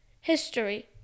History